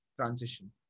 Transition